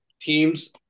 teams